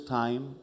time